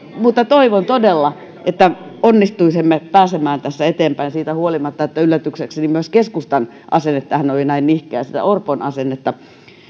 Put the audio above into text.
toivon todella että onnistuisimme pääsemään tässä eteenpäin siitä huolimatta että yllätyksekseni myös keskustan asenne tähän oli niin nihkeä orpon asennetta